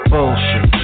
Bullshit